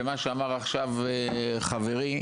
ומה שאמר עכשיו חברי,